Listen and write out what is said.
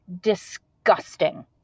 disgusting